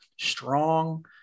strong